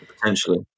Potentially